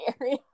area